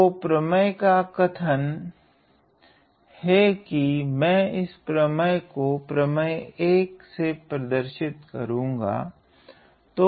तो प्रमेय का कथन है कि मैं इस प्रमेय को प्रमेय 1 से प्रदर्शित करुगा